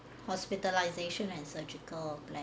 hospitalisation and surgical leh